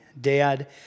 dad